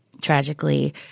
tragically